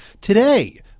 Today